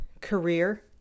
career